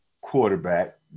quarterback